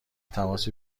تماس